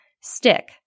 Stick